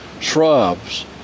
shrubs